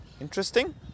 interesting